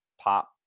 pop